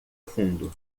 fundo